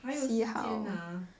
还有时间